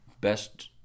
best